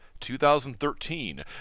2013